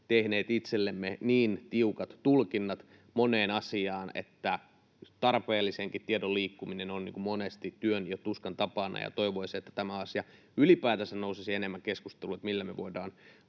tehneet itsellemme niin tiukat tulkinnat moneen asiaan, että tarpeellisenkin tiedon liikkuminen on monesti työn ja tuskan takana. Toivoisin, että tämä asia ylipäänsä nousisi enemmän keskusteluun, että millä me voidaan